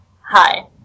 Hi